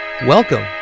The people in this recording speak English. Welcome